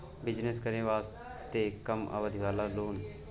Business करे वास्ते कम अवधि वाला लोन?